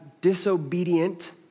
disobedient